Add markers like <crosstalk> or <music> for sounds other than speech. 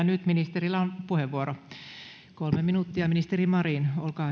<unintelligible> nyt ministerillä on puheenvuoro kolme minuuttia ministeri marin